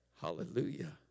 Hallelujah